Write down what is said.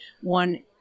one